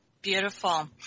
Beautiful